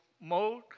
mode